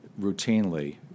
routinely